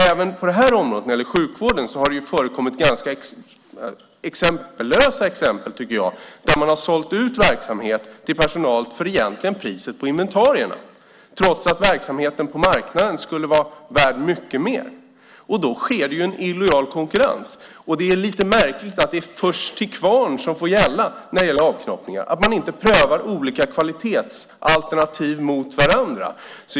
Även på det här området, när det gäller sjukvården, har det förekommit exempellösa exempel där man har sålt ut verksamhet till personal för priset på inventarierna trots att verksamheten på marknaden skulle vara värd mycket mer. Då sker det ju en illojal konkurrens. Det är lite märkligt att det är först till kvarn som får gälla när det gäller avknoppningar, att man inte prövar olika kvalitetsalternativ mot varandra.